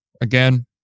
Again